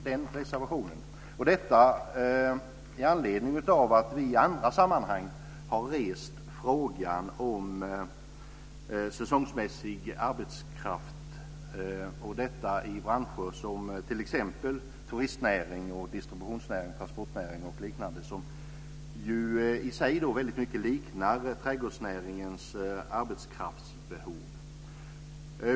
Det gör vi med anledning av att vi i andra sammanhang har rest frågan om säsongsmässig arbetskraft, detta i branscher som t.ex. turistnäring, distributionsnäring, transportnäring och annat som ju i sig väldigt mycket liknar trädgårdsnäringen i fråga om arbetskraftsbehov.